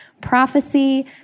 prophecy